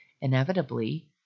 Inevitably